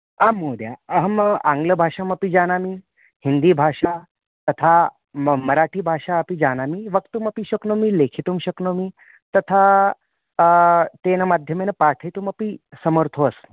आं महोदया अहम् आङग्लभाषामपि जानामि हिन्दीभाषा तथा मम मराठिभाषा अपि जानामि वक्तुमपि शक्नोमि लेखितुं शक्नोमि तथा तेन माध्यमेन पाठयितुमपि समर्थो अस्मि